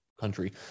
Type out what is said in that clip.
country